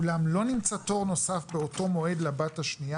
אולם לא נמצא תור נוסף באותו מועד לבת השניה